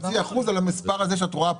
0.5% על המספר הזה שאת רואה פה.